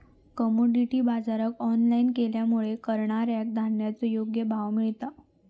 commodity बाजराक online केल्यामुळे करणाऱ्याक धान्याचो योग्य भाव मिळता